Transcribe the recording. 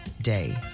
day